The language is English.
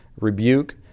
rebuke